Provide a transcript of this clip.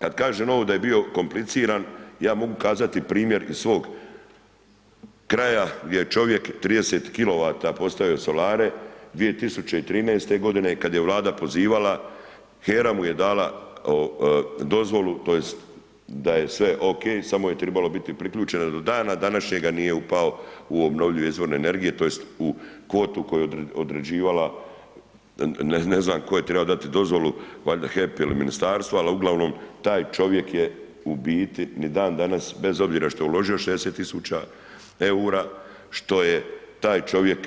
Kad kažem ovo da je bio kompliciran, ja mogu kazati primjer iz svog kraja gdje je čovjek 30 kw postavio solare 2013.g. i kad je Vlada pozivala, HERA mu je dala dozvolu tj. da je sve okej samo je tribalo biti priključeno, do dana današnjeg nije upao u obnovljive izvore energije tj. u kvotu koju je određivala, ne znam tko je trebao dati dozvolu, valjda HEP ili ministarstvo, ali uglavnom taj čovjek je u biti ni dan danas bez obzira što je uložio 60.000,00 EUR-a, što je taj čovjek